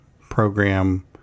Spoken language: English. program